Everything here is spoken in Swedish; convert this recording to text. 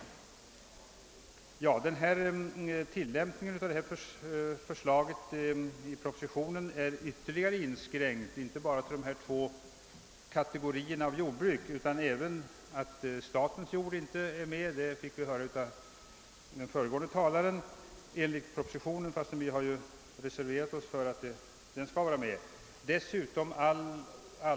Men tillämpningen av förslaget i propositionen är inskränkt ytterligare. Det är inte bara inskränkt till de två nämnda jordbrukskategoriernas marker utan statens jord undantages även i propositionen. Det hörde vi också av den fö regående talaren. Där har vi dock reserverat oss. Vi vill att statens jord skall vara medtagen.